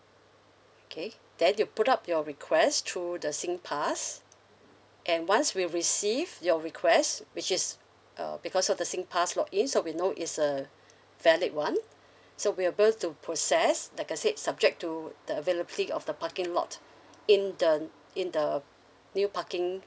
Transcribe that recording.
okay then you put up your request through the singpass and once we receive your request which is uh because of the singpass login so we know it's a valid [one] so we're able to process like I said subject to the availability of the parking lot in the in the new parking